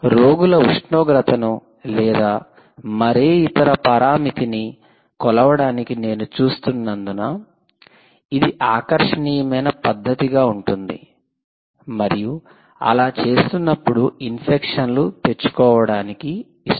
రోగుల ఉష్ణోగ్రతను లేదా మరే ఇతర పరామితిని కొలవడానికి నేను చూస్తున్నందున ఇది ఆకర్షణీయమైన పద్దితిగా ఉంటుంది మరియు అలా చేస్తున్నప్పుడు ఇన్ఫెక్షన్లను తెచ్చుకోవడానికి ఇష్టపడను